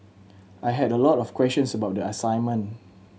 I had a lot of questions about the assignment